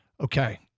Okay